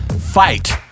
fight